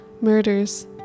murders